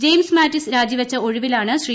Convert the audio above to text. James Mattis രാജിവച്ച ഒഴിവിലാണ് ശ്രീ